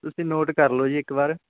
ਤੁਸੀਂ ਨੋਟ ਕਰ ਲਓ ਜੀ ਇੱਕ ਵਾਰ